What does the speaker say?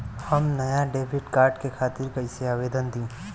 हम नया debit card के खातिर कइसे आवेदन दीं?